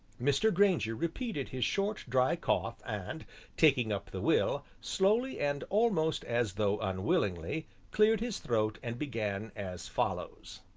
mr. grainger repeated his short, dry cough and taking up the will, slowly and almost as though unwillingly, cleared his throat and began as follows